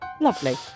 lovely